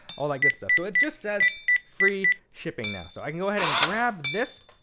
all that good stuff. so it just says free shipping now. so i can go ahead and grab this,